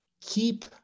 keep